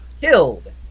killed